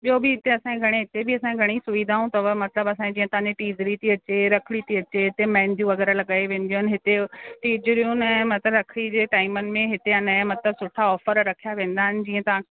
ॿियो बि हुते घणे असांजे हिते बि असांजे घणे ई सुविधा अथव मतिलब असांजे जीअं टीजड़ी थी अचे रखिड़ी थी अचे हिते मेंहदियूंं वगै़रह लॻाइ वेंदियूं आहिनि हिते तीजड़ियूं न मत रखिड़ी जे टाईमनि में हिते अने सुठा ऑफर रखिया वेंदा आहिनि जीअं तव्हां